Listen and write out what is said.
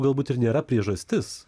galbūt ir nėra priežastis